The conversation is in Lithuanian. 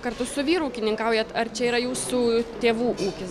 kartu su vyru ūkininkaujat ar čia yra jūsų tėvų ūkis